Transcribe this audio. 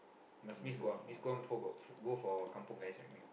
must Miss-Guam Miss-Guam fo~ go for kampung guys like me